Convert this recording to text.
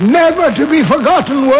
never-to-be-forgotten